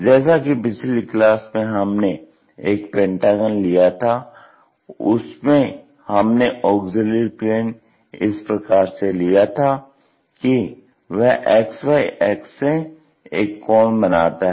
जैसा कि पिछली क्लास में हमने एक पेंटागन लिया था उसमे हमने ऑग्ज़िल्यरी प्लेन इस प्रकार से लिया था कि वह XY अक्ष से एक कोण बनाता है